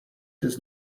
does